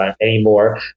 anymore